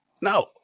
No